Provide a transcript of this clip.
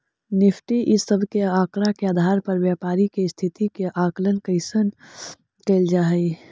Nifty इ सब के आकड़ा के आधार पर व्यापारी के स्थिति के आकलन कैइल जा हई